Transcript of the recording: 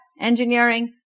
engineering